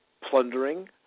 plundering